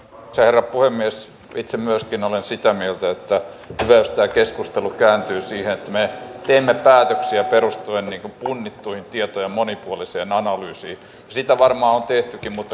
ja hallitus myös lisää määrärahoja siihen että vastaanottokeskuksissa voidaan tätä kotouttamiseen liittyvää erityisesti kieli ja kulttuurikoulutusta lisätä ja sitä tullaan tehostamaan